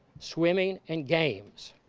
swimming, and games.